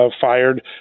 fired